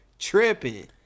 tripping